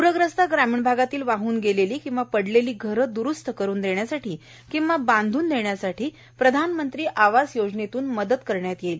प्रग्रस्त ग्रामीण भागातील वाहन गेलेली किंवा पडलेली घरे द्रुस्त करुन देण्यासाठी किंवा बांधून देण्यासाठी प्रधानमंत्री आवास योजनेतून मदत करण्यात येईल